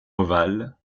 ovales